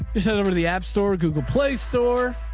you sent over to the app store, google play store.